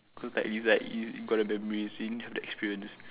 cause like it's like you got the memories seeing the experience